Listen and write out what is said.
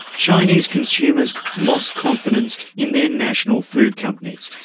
chinese consumers lost confidence in their national food companies,